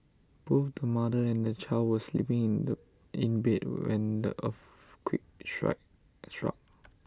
both the mother and the child were sleeping in the in bed when the earthquake struck